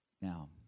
Now